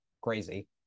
crazy